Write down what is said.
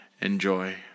enjoy